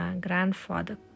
grandfather